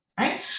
right